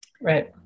Right